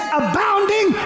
abounding